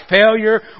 failure